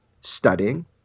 studying